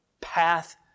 path